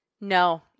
No